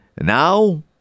Now